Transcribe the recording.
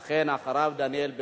ואחריו, דניאל בן-סימון.